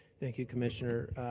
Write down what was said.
thank you, commissioner.